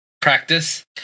practice